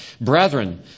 Brethren